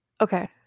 Okay